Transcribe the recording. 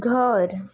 घर